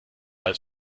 als